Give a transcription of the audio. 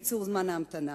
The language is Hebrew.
בקיצור זמן ההמתנה?